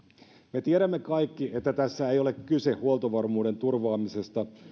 me tiedämme kaikki että tässä ei ole kyse huoltovarmuuden turvaamisesta